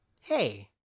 Hey